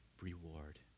reward